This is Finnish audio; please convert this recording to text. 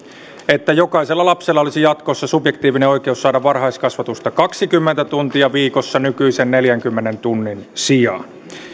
että jokaisella lapsella olisi jatkossa subjektiivinen oikeus saada varhaiskasvatusta kaksikymmentä tuntia viikossa nykyisen neljänkymmenen tunnin sijaan